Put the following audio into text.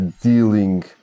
dealing